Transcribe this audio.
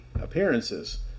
appearances